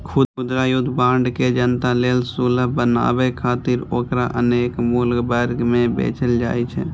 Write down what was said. खुदरा युद्ध बांड के जनता लेल सुलभ बनाबै खातिर ओकरा अनेक मूल्य वर्ग मे बेचल जाइ छै